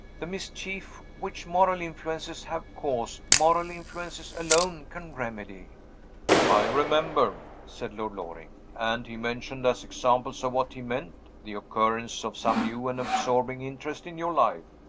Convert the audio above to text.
the mischief which moral influences have caused, moral influences alone can remedy i remember, said lord loring. and he mentioned, as examples of what he meant, the occurrence of some new and absorbing interest in your life,